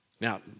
Now